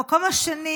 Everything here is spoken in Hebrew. המקום השני